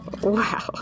Wow